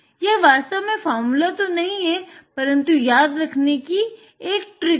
यह वास्तव में फ़ॉर्मूला तो नही है परन्तु याद रखने के लिए यह एक ट्रिक है